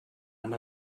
and